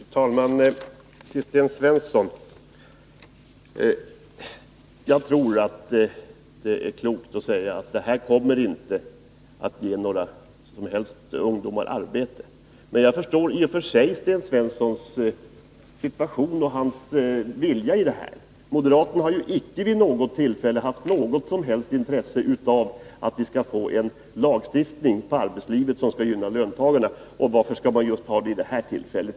Fru talman! Till Sten Svensson: Jag tror att det är klokt att säga att det här inte kommer att ge några som helst ungdomar arbete. Men jag förstår i och för sig Sten Svenssons situation och hans vilja i detta sammanhang. Moderaterna har ju icke vid något tillfälle haft något som helst intresse av att vi skall få en lagstiftning på arbetslivets område som skall gynna arbetsta garna. Varför skulle man ha det just vid det här tillfället?